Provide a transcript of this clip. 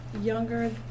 younger